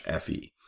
FE